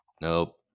Nope